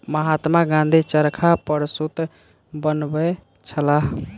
महात्मा गाँधी चरखा पर सूत बनबै छलाह